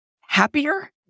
happier